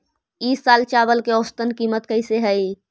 ई साल चावल के औसतन कीमत कैसे हई?